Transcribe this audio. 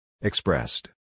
Expressed